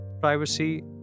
privacy